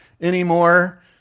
anymore